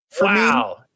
Wow